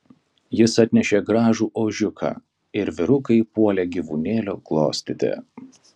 jis atnešė gražų ožiuką ir vyrukai puolė gyvūnėlio glostyti